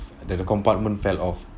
that the compartment fell off